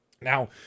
Now